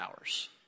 hours